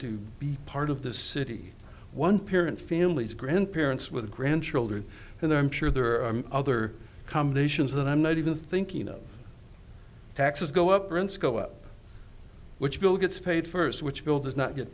to be part of the city one pir and families grandparents with grandchildren and i'm sure there are other combinations that i'm not even thinking of taxes go up prince go up which bill gets paid first which bill does not get